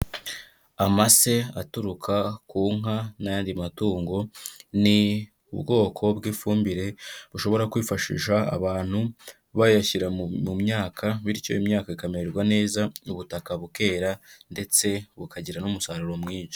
Amase aturuka ku nka n'ayandi matungo, ni ubwoko bw'ifumbire bushobora kwifashisha abantu bayashyira mu myaka bityo imyaka ikamererwa neza, ubutaka bukera ndetse bukagira n'umusaruro mwinshi.